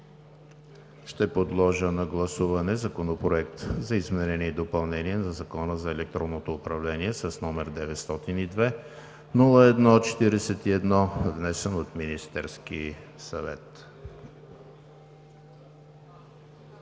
Подлагам на гласуване Законопроект за изменение и допълнение на Закона за електронното управление, № 902-01-41, внесен от Министерския съвет.